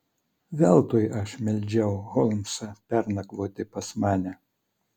veltui aš meldžiau holmsą pernakvoti pas mane